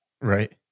right